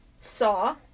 Saw